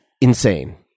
insane